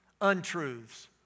untruths